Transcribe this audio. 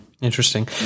interesting